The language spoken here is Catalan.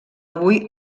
avui